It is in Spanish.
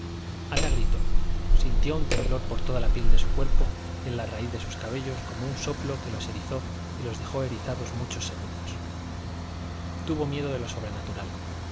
ana gritó sintió un temblor por toda la piel de su cuerpo y en la raíz de los cabellos como un soplo que los erizó y los dejó erizados muchos segundos tuvo miedo de lo sobrenatural